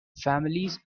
families